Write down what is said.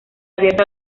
abierto